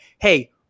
Hey